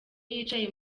yicaye